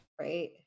Right